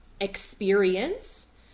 experience